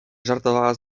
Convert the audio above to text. żartowała